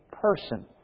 person